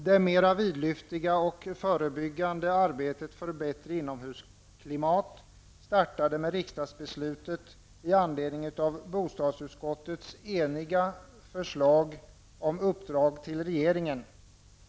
Det mera vidlyftiga och förebyggande arbetet för bättre inomhusklimat startade med riksdagsbeslutet i anledning av BoUs eniga förslag om uppdrag till regeringen.